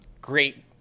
great